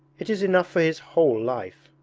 it is enough for his whole life